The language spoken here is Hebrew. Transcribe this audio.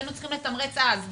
היינו צריכים לתמרץ אז.